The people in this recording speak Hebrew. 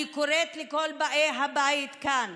אני קוראת לכל באי הבית כאן